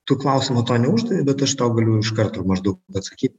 tu klausimo neuždavei bet aš tau galiu iš karto maždaug atsakyt